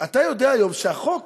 אתה יודע שהיום החוק